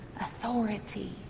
Authority